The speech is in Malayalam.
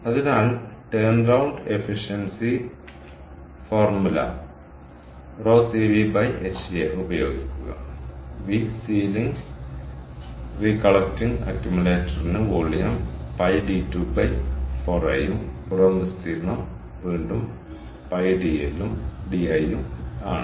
അതിനാൽ ടേൺറൌണ്ട് എഫിഷ്യൻസി ഫോർമുല ρCvha ഉപയോഗിക്കുക v സീലിംഗ് റീകോളക്റ്റിംഗ് അക്യുമുലേറ്ററിന് വോളിയം π d24l ഉം പുറം വിസ്തീർണ്ണം വീണ്ടും π d l ഉം ആണ്